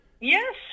Yes